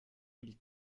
mille